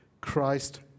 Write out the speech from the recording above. Christ